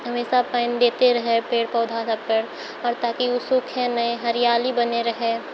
हमेशा पानि दैत रहै पेड़ पौधासबपर आओर ताकि ओ सुखै नहि हरियाली बनल रहै